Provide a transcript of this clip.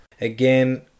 Again